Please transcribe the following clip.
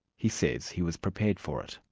he says he was prepared for it.